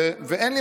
ואין לי